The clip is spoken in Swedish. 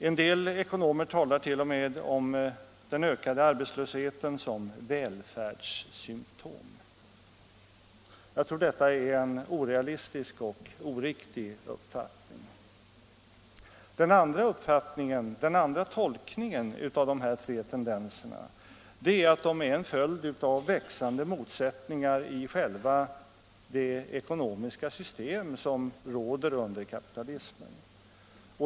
En del ekonomer talar t.o.m. om den ökade arbetslösheten som välfärds symtom. Jag tror detta är en orealistisk och oriktig uppfattning. Den andra uppfattningen eller tolkningen av dessa tre tendenser är att de är en följd av växande motsättningar i själva det ekonomiska system som råder under kapitalismen.